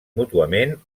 mútuament